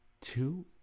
two